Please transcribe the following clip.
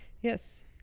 Yes